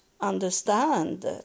understand